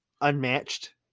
unmatched